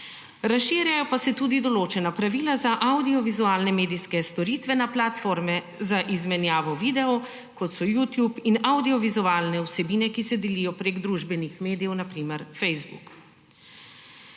Razširjajo pa se tudi določena pravila za avdiovizualne medijske storitve na platforme za izmenjavo videov, kot so Youtube, in avdiovizualne vsebine, ki se delijo preko družbenih medijev, na primer Facebook.